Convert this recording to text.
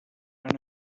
van